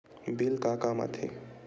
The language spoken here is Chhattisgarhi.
बिल का काम आ थे?